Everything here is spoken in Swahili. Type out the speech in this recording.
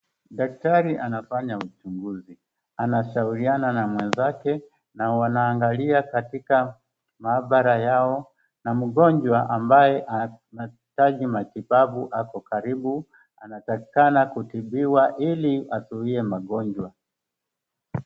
Daktari anafanya uchuguzi, anashauriana na mwezake na wanaangalia katika maabara yao na mgonjwa ambaye anahitaji matibabu ako karibu anatakikana kutibiwa ili azuie magonjwa.